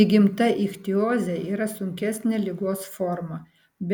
įgimta ichtiozė yra sunkesnė ligos forma